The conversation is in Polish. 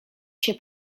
się